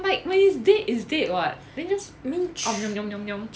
like when it's dead it's dead [what] then just I mean um yum yum yum